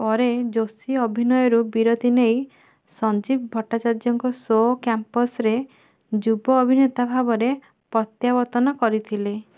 ପରେ ଯୋଶୀ ଅଭିନୟରୁ ବିରତି ନେଇ ସଞ୍ଜୀବ ଭଟ୍ଟାଚାର୍ଯ୍ୟଙ୍କ ଶୋ କ୍ୟାମ୍ପସ୍ରେ ଯୁବ ଅଭିନେତା ଭାବରେ ପ୍ରତ୍ୟାବର୍ତ୍ତନ କରିଥିଲେ